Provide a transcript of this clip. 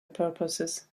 purposes